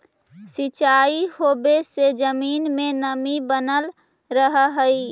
सिंचाई होवे से जमीन में नमी बनल रहऽ हइ